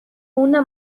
una